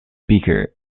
speaker